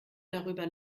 darüber